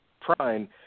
Prime